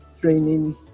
training